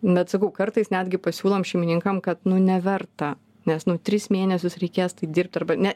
bet sakau kartais netgi pasiūlom šeimininkam kad neverta nes nu tris mėnesius reikės taip dirbt arba ne